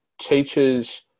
teachers